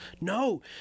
no